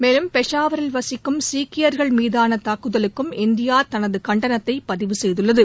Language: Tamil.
மேலும் பெஷாவரில் வசிக்கும் சீக்கியர்கள் மீதான தாக்குதலுக்கும் இந்தியா தனது கண்டனத்தை பதிவு செய்துள்ளது